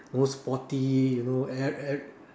most sporty you know every every